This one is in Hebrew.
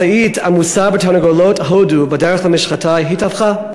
משאית עמוסה בתרנגולות הודו בדרך למשחטה התהפכה.